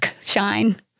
shine